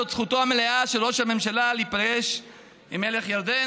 זו זכותו המלאה של ראש הממשלה להיפגש עם מלך ירדן,